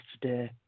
today